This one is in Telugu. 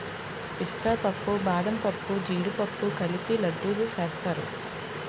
పిస్తా పప్పు బాదంపప్పు జీడిపప్పు కలిపి లడ్డూలు సేస్తారు